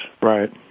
Right